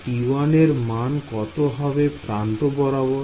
T1 এর মান কত হবে প্রান্ত বরাবর